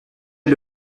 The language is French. est